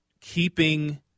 keeping